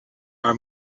our